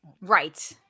Right